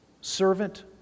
servant